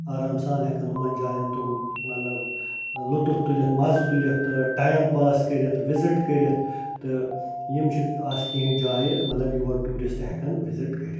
آرام سان ہٮ۪کن یِمن جاین تِم مطلب لُطف تُلِتھ مزٕ تُلِتھ تہٕ ٹایِم پاس کٔرِتھ وِزِٹ کٔرِتھ تہٕ یِم چھِ آسہٕ کیٚنٛہہ جایہِ مطلب یور ٹیٛوٗرسٹہٕ ہٮ۪کن وِزِٹ کٔرِتھ